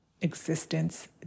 existence